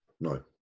No